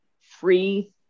free